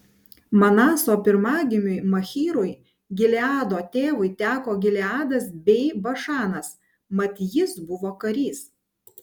manaso pirmagimiui machyrui gileado tėvui teko gileadas bei bašanas mat jis buvo karys